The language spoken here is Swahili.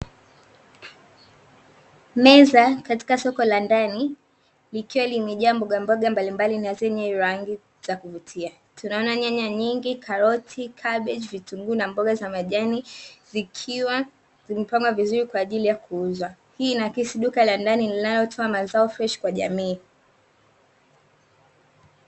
Meza katika soko la ndani likiwa limejaa mbogamboga mbalimbali na zenye rangi za kuvutia. Tunaona: nyanya nyingi, karoti, kabeji, vitunguu na mboga za majani; zikiwa zimepangwa vizuri kwa ajili ya kuuzwa. Hii inaakisi duka la ndani linalotoa mazao freshi kwa jamii.